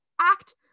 act